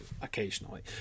occasionally